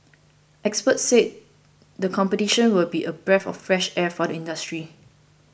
experts said the competition will be a breath of fresh air for the industry